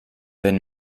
wenn